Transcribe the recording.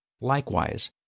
Likewise